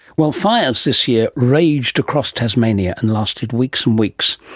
well, fires this year raged across tasmania and lasted weeks and weeks.